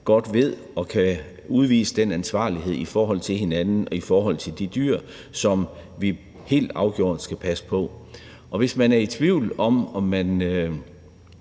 det og kan udvise den ansvarlighed i forhold til hinanden og i forhold til de dyr, som vi helt afgjort skal passe på. Og hvis man er i tvivl om, om man